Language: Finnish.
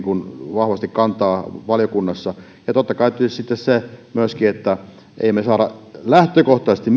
vahvasti kantaa valiokunnassa ja totta kai tietysti sitten on myöskin se että emme me saa lähtökohtaisesti